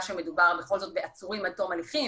שמדובר בכל זאת בעצורים עד תום הליכים,